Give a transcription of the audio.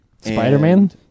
Spider-Man